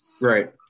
Right